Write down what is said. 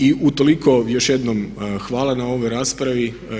I utoliko još jednom hvala na ovoj raspravi.